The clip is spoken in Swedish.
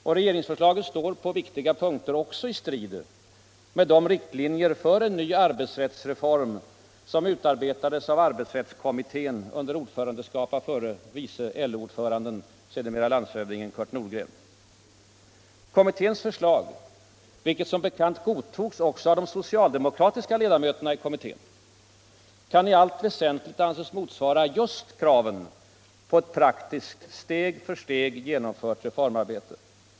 Och regeringsförslaget står på viktiga punkter också i strid med de riktlinjer för en ny arbetsrättsreform som utarbetades av arbetsrättskommittén under ordförandeskap av förre vice LO-ordföranden, sedermera landshövdingen Kurt Nordgren. Kommitténs förslag — vilket som bekant godtogs även av de socialdemokratiska ledamöterna — kan i allt väsentligt anses motsvara just kraven på ewu praktiskt ”steg för steg genomfört reformarbete”.